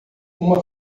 uma